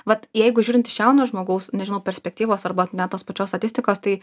vat jeigu žiūrint iš jauno žmogaus nežinau perspektyvos arba na tos pačios statistikos tai